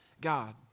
God